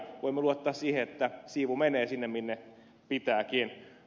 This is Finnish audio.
voimme luottaa siihen että siivu menee sinne minne pitääkin